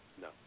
No